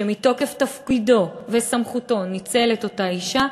שמתוקף תפקידו וסמכותו ניצל את אותה אישה,